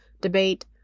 debate